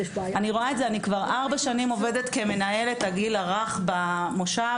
אני כבר ארבע שנים עובדת כמנהלת הגיל הרך במושב.